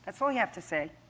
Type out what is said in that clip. that's all you have to say.